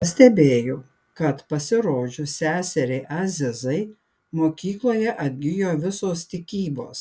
pastebėjau kad pasirodžius seseriai azizai mokykloje atgijo visos tikybos